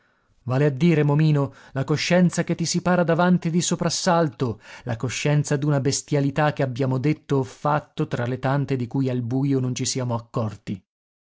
vale a dire momino la coscienza che ti si para davanti di soprassalto la coscienza d'una bestialità che abbiamo detto o fatto tra le tante di cui al bujo non ci siamo accorti